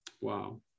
Wow